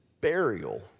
burial